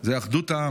זה אחדות העם,